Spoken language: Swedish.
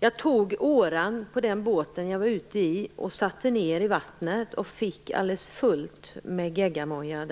Jag tog åran på den båt jag var ute på fjärden i och satte ner den i vattnet, och när jag tog upp den var den alldeles full med geggamoja.